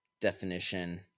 definition